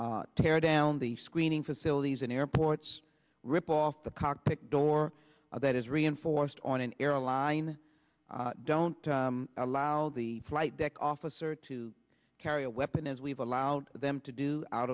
tear down the screening facilities in airports rip off the cockpit door that is reinforced on an airline don't allow the flight deck officer to carry a weapon as we've allowed them to do out